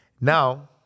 Now